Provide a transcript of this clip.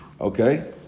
Okay